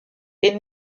est